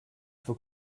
faut